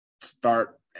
start